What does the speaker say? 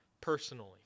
personally